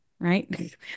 right